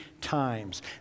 times